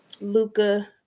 Luca